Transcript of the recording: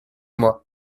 moi